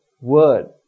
word